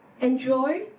enjoy